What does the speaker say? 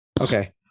Okay